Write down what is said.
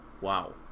Wow